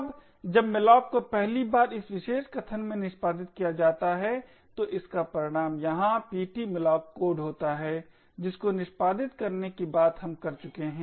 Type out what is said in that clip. अब जब malloc को पहली बार इस विशेष कथन में निष्पादित किया जाता है तो इसका परिणाम यहाँ ptmalloc कोड होता हैजिसको निष्पादित करने की बात हम कर चुके हैं